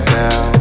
now